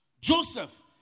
Joseph